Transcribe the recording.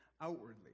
outwardly